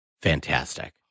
fantastic